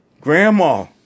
Grandma